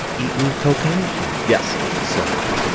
eaten cocaine shrimp? yes sir.